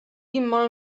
mol